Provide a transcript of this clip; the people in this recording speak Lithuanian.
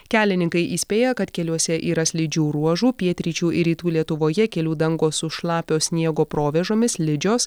kelininkai įspėja kad keliuose yra slidžių ruožų pietryčių ir rytų lietuvoje kelių dangos su šlapio sniego provėžomis slidžios